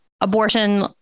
abortion